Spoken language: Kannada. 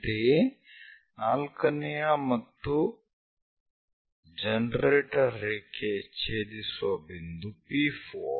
ಅಂತೆಯೇ ನಾಲ್ಕನೆಯ ಮತ್ತು ಜನರೇಟರ್ ರೇಖೆ ಛೇದಿಸುವ ಬಿಂದು P4